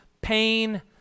pain